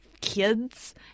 kids